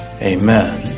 Amen